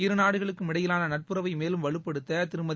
இருநாடுகளுக்கும் இடையிலாள நட்புறவை மேலும் வலுப்படுத்த திருமதி